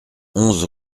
onze